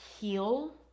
heal